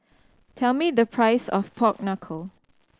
tell me the price of pork knuckle